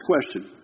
question